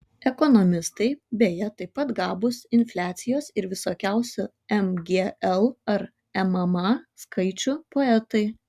ekonomistai beje taip pat gabūs infliacijos ir visokiausių mgl ar mma skaičių poetai